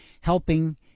helping